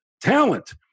talent